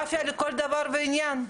מאפיה לכל דבר ועניין.